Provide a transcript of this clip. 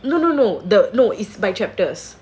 no no no the no it's by chapters